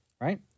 right